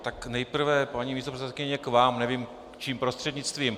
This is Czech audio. Tak nejprve, paní místopředsedkyně, k vám, nevím, čím prostřednictvím.